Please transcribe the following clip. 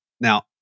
Now